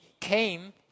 came